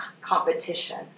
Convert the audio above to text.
competition